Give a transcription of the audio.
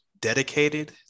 dedicated